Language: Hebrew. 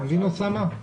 אתה מבין, אוסאמה?